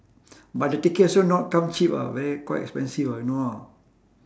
but the ticket also not come cheap ah very quite expensive ah you know ah